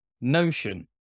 Notion